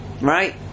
Right